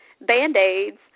Band-Aids